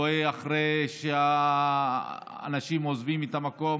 רואה אחרי שהאנשים עוזבים את המקום,